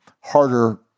harder